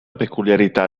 peculiarità